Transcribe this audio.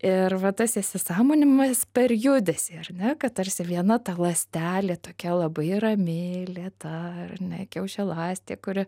ir va tas įsisąmoninimas per judesį ar ne kad tarsi viena ta ląstelė tokia labai rami lėta ar ne kiaušialąstė kuri